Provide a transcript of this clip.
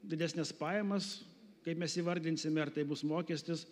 didesnes pajamas kaip mes įvardinsime ar tai bus mokestis